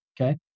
okay